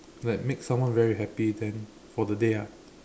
like make someone very happy then for the day ah